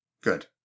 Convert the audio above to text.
good